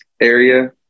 area